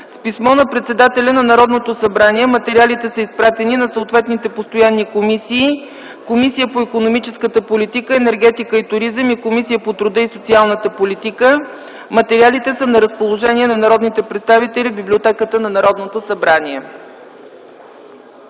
С писмо на председателя на Народното събрание материалите са изпратени на съответните постоянни комисии – Комисията по икономическата политика, енергетика и туризъм и Комисията по труда и социалната политика. Материалите са на разположение на народните представители в библиотеката на Народното събрание.